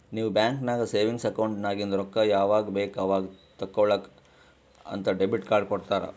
ನೀವ್ ಬ್ಯಾಂಕ್ ನಾಗ್ savings account ನಾಗಿಂದ್ ರೊಕ್ಕಾ ಯಾವಾಗ್ ಬೇಕ್ ಅವಾಗ್ ತೇಕೊಳಾಕ್ ಅಂತ್ ಡೆಬಿಟ್ ಕಾರ್ಡ್ ಕೊಡ್ತಾರ